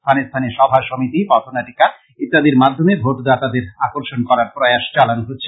স্থানে স্থানে সভা সমিতি পথনাটিকা ইত্যাদির মাধ্যমে ভোটারদেরকে আকর্ষন করার প্রয়াস চালানো হচ্ছে